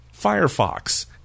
Firefox